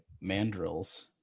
mandrills